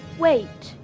wait,